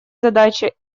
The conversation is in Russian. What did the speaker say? задача